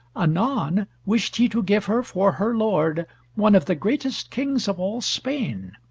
anon wished he to give her for her lord one of the greatest kings of all spain,